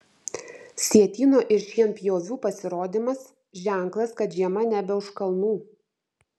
sietyno ir šienpjovių pasirodymas ženklas kad žiema nebe už kalnų